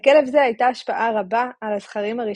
לכלב זה הייתה השפעה רבה על הזכרים הראשונים,